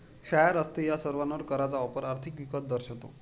शाळा, रस्ते या सर्वांवर कराचा वापर आर्थिक विकास दर्शवतो